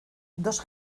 dos